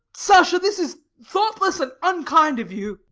sasha, this is thoughtless and unkind of you.